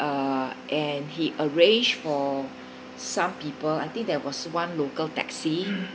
uh and he arranged for some people I think there was one local taxi